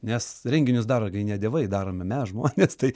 nes renginius daro ne dievai darome mes žmonės tai